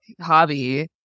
hobby